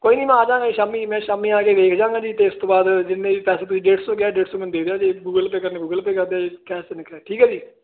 ਕੋਈ ਨੀ ਮੈਂ ਆਦਾ ਸ਼ਾਮੀ ਮੈਂ ਸ਼ਾਮੇ ਆ ਕੇ ਵੇਖ ਜਾਂਗਾ ਜੀ ਤੇ ਇਸ ਤੋਂ ਬਾਅਦ ਜਿੰਨੇ ਵੀ ਪੈਸੇ ਤੁਸੀਂ ਡੇਢ ਹੋ ਗਿਆ ਡੇਢ ਦੇ